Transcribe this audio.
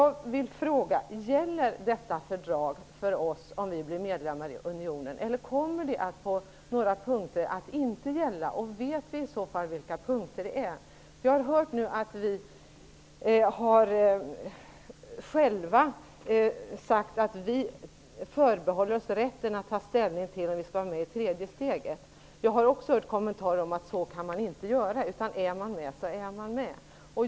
Gäller Maastrichtfördraget för oss om vi blir medlemmar i unionen, eller kommer det att vara så att det inte gäller på några punkter? Vet vi i så fall vilka punkter det är fråga om? Jag har hört att vi själva har sagt att vi förbehåller oss rätten att ta ställning till om vi skall vara med när det gäller det tredje steget. Jag har också hört kommentarer om att man inte kan göra så -- är man med, så är man med.